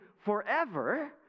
Forever